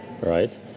right